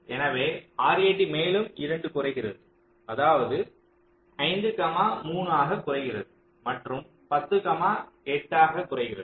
எனவே RAT மேலும் 2 குறைகிறது அதாவது 5 3 ஆக குறைகிறது மற்றும் 10 8 ஆக குறைகிறது